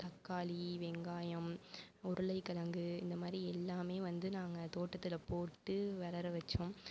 தக்காளி வெங்காயம் உருளைக்கிழங்கு இந்த மாதிரி எல்லாமே வந்து நாங்கள் தோட்டத்தில் போட்டு வளர வச்சோம்